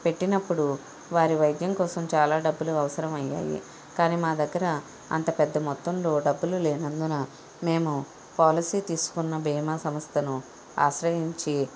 పెట్టినప్పుడు వారి వైద్యం కోసం చాలా డబ్బులు అవసరమయ్యాయి కానీ మా దగ్గర అంత పెద్ద మొత్తంలో డబ్బులు లేనందున మేము పాలసీ తీసుకున్న బీమా సంస్థను ఆశ్రయించి